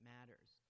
Matters